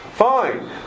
Fine